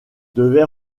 devait